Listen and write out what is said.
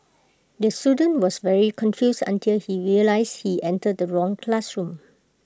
the student was very confused until he realised he entered the wrong classroom